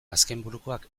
azkenburukoak